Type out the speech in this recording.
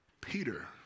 Peter